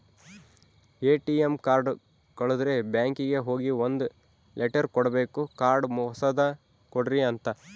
ATM card ಕಳುದ್ರೆ ಬ್ಯಾಂಕಿಗೆ ಹೋಗಿ ಒಂದ್ ಲೆಟರ್ ಕೊಡ್ಬೇಕು ಕಾರ್ಡ್ ಹೊಸದ ಕೊಡ್ರಿ ಅಂತ